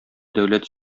дәүләт